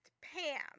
Pam